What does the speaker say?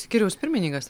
skyriaus pirmininkas